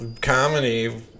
comedy